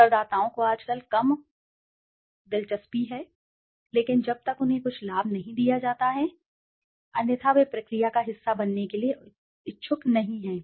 उत्तरदाताओं को आजकल कम और कम दिलचस्पी है लेकिन जब तक उन्हें कुछ लाभ नहीं दिया जाता है अन्यथा वे प्रक्रिया का हिस्सा बनने के लिए इच्छुक नहीं हैं